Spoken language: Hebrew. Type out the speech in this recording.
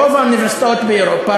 רוב האוניברסיטאות באירופה,